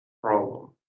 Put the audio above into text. problem